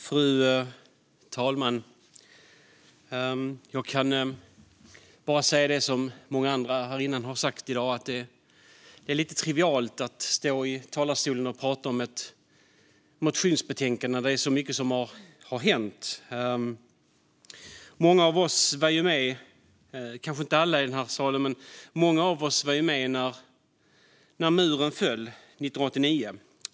Fru talman! Jag kan bara säga det som många andra har sagt tidigare i dag, nämligen att det känns lite trivialt att stå i talarstolen och prata om ett motionsbetänkande när det är så mycket som har hänt. Många av oss - kanske inte alla i den här salen, men många - var med när muren föll 1989.